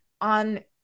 on